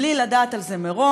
בלי לדעת על זה מראש,